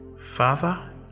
father